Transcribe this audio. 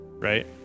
right